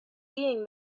being